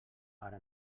ara